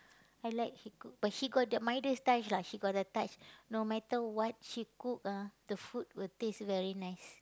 I like she cook but she got the mother's touch lah she got the touch no matter what she cook ah the food will taste very nice